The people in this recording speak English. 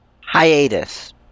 Hiatus